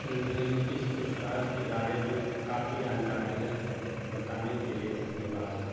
तुम्हें इस पुरस्कार के बारे में काफ़ी जानकारी है बताने के लिए धन्यवाद